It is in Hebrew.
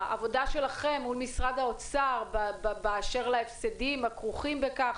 העבודה שלכם מול משרד האוצר באשר להפסדים הכרוכים בכך?